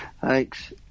thanks